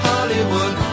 Hollywood